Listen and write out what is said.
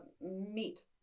meat